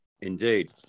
Indeed